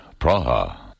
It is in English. Praha